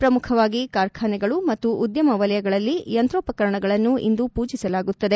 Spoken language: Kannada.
ಪ್ರಮುಖವಾಗಿ ಕಾರ್ಖಾನೆಗಳು ಮತ್ತು ಉದ್ಲಮ ವಲಯಗಳಲ್ಲಿ ಯಂತ್ರೋಪಕರಣಗಳನ್ನು ಇಂದು ಪೂಜಿಸಲಾಗುತ್ತದೆ